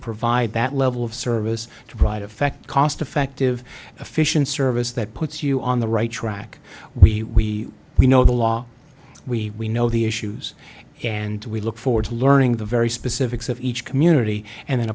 provide that level of service to provide effect cost effective efficient service that puts you on the right track we we know the law we know the issues and we look forward to learning the very specifics of each community and then